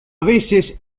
veces